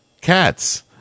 cats